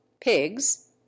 pigs